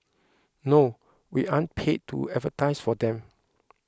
no we aren't paid to advertise for them